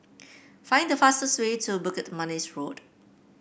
find the fastest way to Bukit Manis Road